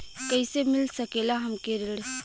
कइसे मिल सकेला हमके ऋण?